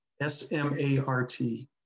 S-M-A-R-T